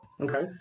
Okay